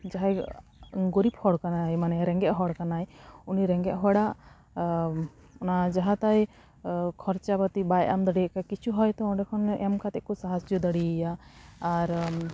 ᱡᱟᱦᱟᱸᱭ ᱜᱚᱨᱤᱵᱽ ᱦᱚᱲ ᱠᱟᱱᱟᱭ ᱢᱟᱱᱮ ᱨᱮᱸᱜᱮᱡ ᱦᱚᱲ ᱠᱟᱱᱟᱭ ᱩᱱᱤ ᱨᱮᱸᱜᱮᱡ ᱦᱚᱲᱟᱜ ᱚᱱᱟ ᱡᱟᱦᱟᱸ ᱛᱟᱭ ᱠᱷᱚᱨᱪᱟ ᱯᱟᱹᱛᱤ ᱵᱟᱭ ᱮᱢ ᱫᱟᱲᱮᱣᱟᱜ ᱠᱟᱱᱟ ᱠᱤᱪᱷᱩ ᱦᱚᱭᱛᱚ ᱚᱸᱰᱮ ᱠᱷᱚᱱᱮ ᱮᱢ ᱠᱟᱛᱮᱫ ᱠᱚ ᱥᱟᱦᱟᱡᱽᱡᱳ ᱫᱟᱲᱮᱭᱭᱟ ᱟᱨ